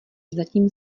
zatím